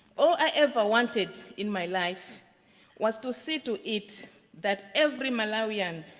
all i ever wanted in my life was to see to it that every malawian,